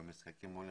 ובמשחקים האולימפיים.